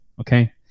Okay